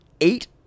eight